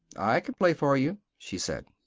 i can play for you, she said.